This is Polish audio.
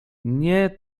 nie